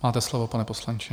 Máte slovo, pane poslanče.